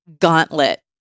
gauntlet